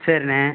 சரிண்ணா